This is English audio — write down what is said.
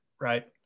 right